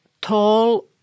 tall